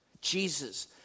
Jesus